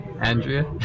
andrea